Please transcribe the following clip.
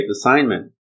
assignment